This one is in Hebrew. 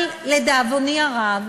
אבל לדאבוני הרב,